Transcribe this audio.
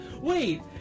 Wait